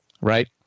right